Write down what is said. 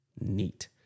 neat